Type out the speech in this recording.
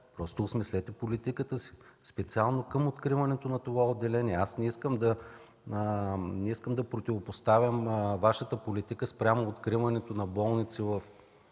Просто осмислете политиката си – специално към откриването на това отделение. Аз не искам да противопоставям Вашата политика спрямо откриването на болници в